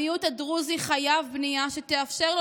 המיעוט הדרוזי חייב בנייה שתאפשר לו